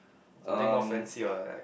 something more fancy or like